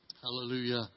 Hallelujah